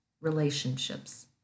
relationships